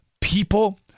people